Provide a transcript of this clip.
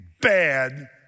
bad